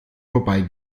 vorbei